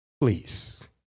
Please